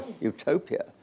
utopia